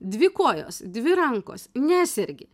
dvi kojos dvi rankos nesergi